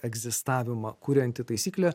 egzistavimą kurianti taisyklė